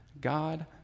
god